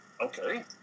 Okay